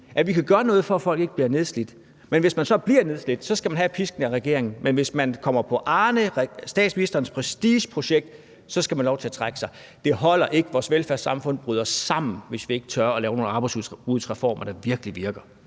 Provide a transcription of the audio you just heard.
at vi kan gøre noget, for at folk ikke bliver nedslidt. Hvis man så bliver nedslidt, skal man have med pisken af regeringen, men hvis man kommer på Arnepension, statsministerens prestigeprojekt, så skal man have lov til at trække sig. Det holder ikke; vores velfærdssamfund bryder sammen, hvis vi ikke tør at lave nogle arbejdsudbudsreformer , der virkelig virker.